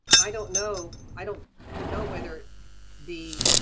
i don't know. i don't know whether the